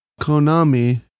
Konami